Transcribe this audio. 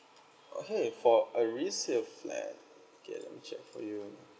okay for a resale flat okay let me check for you